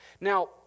Now